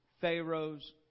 Pharaoh's